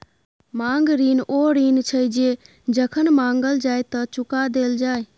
मांग ऋण ओ ऋण छै जे जखन माँगल जाइ तए चुका देल जाय